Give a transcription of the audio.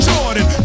Jordan